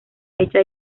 fecha